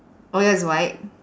orh yours is white